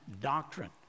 doctrine